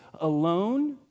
alone